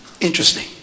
Interesting